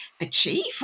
achieve